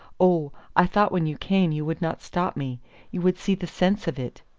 oh, i thought when you came you would not stop me you would see the sense of it!